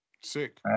Sick